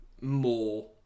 more